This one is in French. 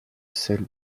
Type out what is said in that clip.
celle